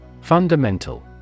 Fundamental